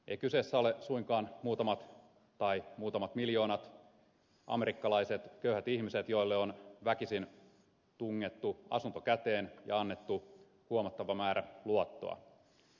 ei kyseessä ole suinkaan muutamat miljoonat amerikkalaiset köyhät ihmiset joille on väkisin tungettu asunto käteen ja annettu huomattava määrä luottoa